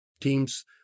team's